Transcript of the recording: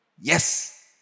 Yes